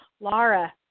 Laura